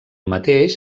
mateix